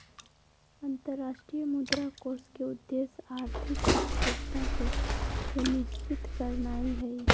अंतरराष्ट्रीय मुद्रा कोष के उद्देश्य आर्थिक स्थिरता के सुनिश्चित करनाइ हइ